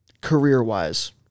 career-wise